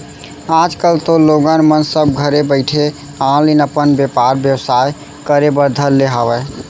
आज कल तो लोगन मन सब घरे बइठे ऑनलाईन अपन बेपार बेवसाय करे बर धर ले हावय